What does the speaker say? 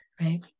Right